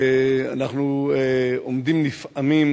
אנחנו עומדים נפעמים